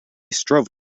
strove